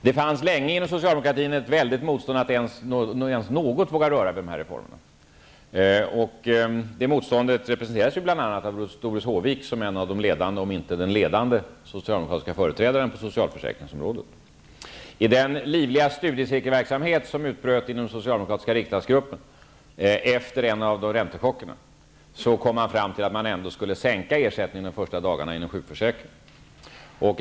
Det fanns länge inom socialdemokratin ett stort motstånd mot att ens något våga röra vid dessa reformer. Det motståndet representerades bl.a. av Doris Håvik, som är en av de ledande -- om inte den främsta -- socialdemokratiska företrädaren på socialförsäkringsområdet. I den livliga studiecirkelverksamhet som utbröt inom den socialdemokratiska riksdagsgruppen efter en av räntechockerna, kom man fram till att man ändå skulle sänka ersättningen inom sjukförsäkringen de första dagarna.